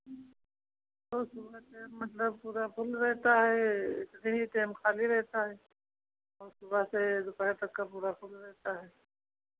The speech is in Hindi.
वो सुबह से मतलब पूरा फुल रहता है इतने ही टाइम खाली रहता है सुबह से दोपहर तक का पूरा फुल रहता है